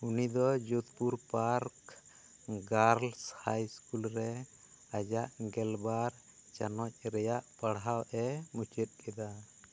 ᱩᱱᱤ ᱫᱚ Jodhpur park girls high school ᱨᱮ ᱟᱡᱟᱜ ᱜᱮᱞᱵᱟᱨ ᱪᱟᱱᱟᱪ ᱨᱮᱭᱟᱜ ᱯᱟᱲᱦᱟᱣᱮ ᱢᱩᱪᱟᱹᱫ ᱠᱮᱫᱟ